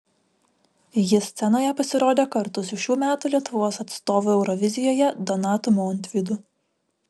ji scenoje pasirodė kartu su šių metų lietuvos atstovu eurovizijoje donatu montvydu